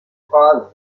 phrases